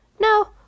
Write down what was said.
no